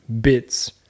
bits